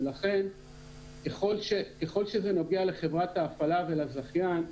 ולכן ככל שזה נוגע לחברת ההפעלה ולזכיין,